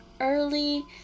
early